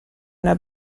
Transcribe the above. una